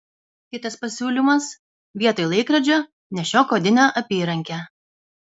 kitas pasiūlymas vietoj laikrodžio nešiok odinę apyrankę